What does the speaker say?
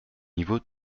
niveau